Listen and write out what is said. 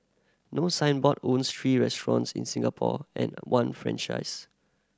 no Signboard owns three restaurants in Singapore and one franchisee